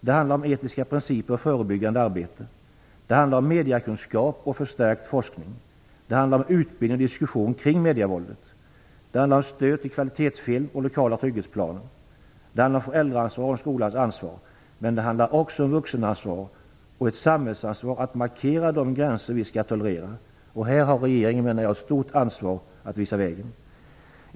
Det handlar om etiska principer och förebyggande arbete. Det handlar om mediekunskap och förstärkt forskning. Det handlar om utbildning och diskussioner kring medievåldet. Det handlar om stöd till kvalitetsfilm och lokala trygghetsplaner. Det handlar om föräldraansvar och om skolans ansvar. Men det handlar också om vuxenansvar och om samhällets ansvar när det gäller att markera de gränser vi skall tolerera. Här har regeringen, menar jag, ett stort ansvar för att visa vägen.